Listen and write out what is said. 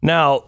Now